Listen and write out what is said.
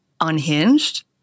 unhinged